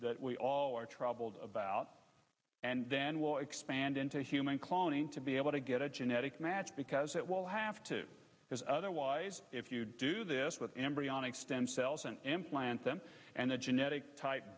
that we all are troubled about and then we'll expand into human cloning to be able to get a genetic match because it will have to because otherwise if you do this with embryonic stem cells and implant them and the genetic type